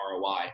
ROI